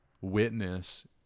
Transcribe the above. witness